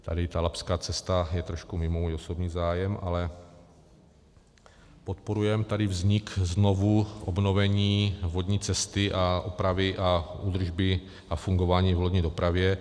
Tady ta labská cesta je trošku mimo můj osobní zájem, ale podporujeme tady vznik, znovuobnovení vodní cesty a opravy a údržby a fungování v lodní dopravě.